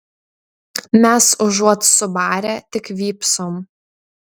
mes užuot subarę tik vypsom